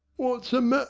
wot's the matter